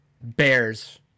Bears